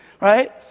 right